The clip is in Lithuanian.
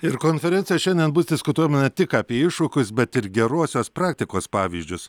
ir konferencijoj šiandien bus diskutuojama ne tik apie iššūkius bet ir gerosios praktikos pavyzdžius